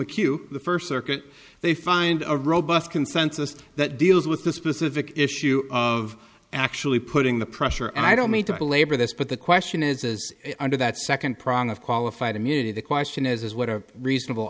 q the first circuit they find a robust consensus that deals with the specific issue of actually putting the pressure and i don't mean to belabor this but the question is is under that second prong of qualified immunity the question is what are reasonable